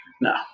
No